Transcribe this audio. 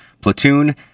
Platoon